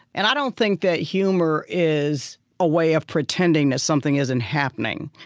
and i don't think that humor is a way of pretending that something isn't happening.